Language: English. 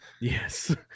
Yes